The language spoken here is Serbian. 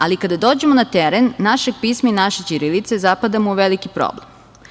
Ali, kada dođemo na teren našeg pisma i naše ćirilice zapadamo u veliki problem.